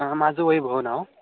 हां माझं वैभव नाव